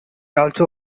also